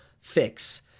fix